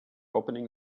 opening